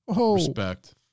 Respect